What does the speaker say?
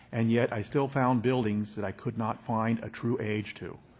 and yet i still found buildings that i could not find a true age to.